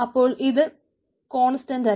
അപ്പോൾ ഇത് കോൺസ്റ്റന്റ് അല്ല